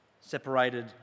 Separated